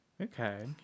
Okay